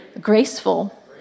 Graceful